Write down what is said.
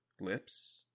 Lips